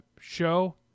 show